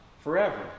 forever